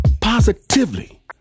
positively